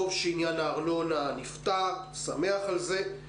טוב שעניין הארנונה נפתר, אני שמח על זה.